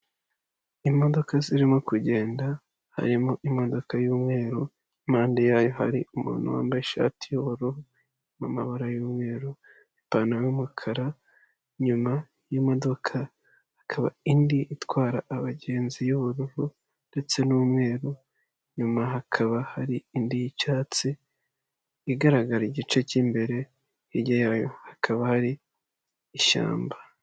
Imodoka zirimo kugenda harimo imodoka y'umweru, impande yayo hari umuntu wambaye ishati y'ubururu irimo amabara y'umweru, ipantaro y'umukara. Inyuma y'imodoka hakaba indi itwara abagenzi y'ubururu ndetse n'umweru. Inyuma hakaba hari indi y'icyatsi igaragara igice cy'imbere, hirya yayo hakaba hari ishyamba.